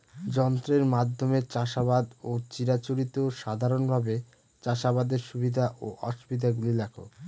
যন্ত্রের মাধ্যমে চাষাবাদ ও চিরাচরিত সাধারণভাবে চাষাবাদের সুবিধা ও অসুবিধা গুলি লেখ?